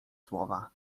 słowa